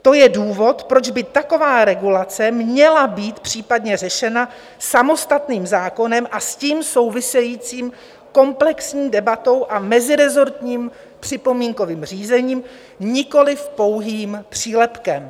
To je důvod, proč by taková regulace měla být případně řešena samostatným zákonem a s tím související komplexní debatou a meziresortním připomínkovým řízením, nikoliv pouhým přílepkem.